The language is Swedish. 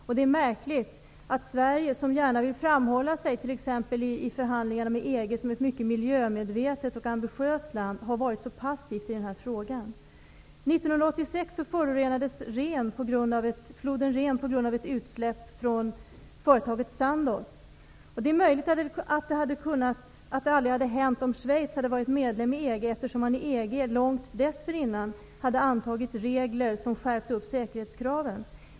Det är då märkligt att Sverige, som gärna framhålls i exempelvis förhandlingarna med EG som ett mycket miljömedvetet och ambitiöst land, har varit på passivt i den här frågan. 1986 förorenades floden Rhen på grund av ett utsläpp från företaget Sandoz. Det är möjligt att det aldrig hade hänt om Schweiz hade varit medlem i EG, eftersom man i EG långt dessförinnan hade antagit regler som skärpte säkerhetskraven.